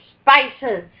spices